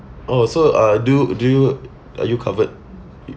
oh so uh do do you are you covered